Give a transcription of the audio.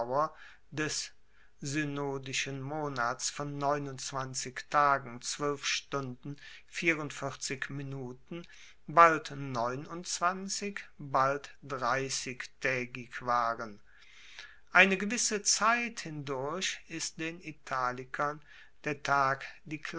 des synodischen monats von tagen stunden minuten bald neunundzwanzig bald dreissigtaegig waren eine gewisse zeit hindurch ist den italikern der tag